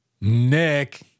Nick